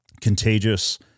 contagious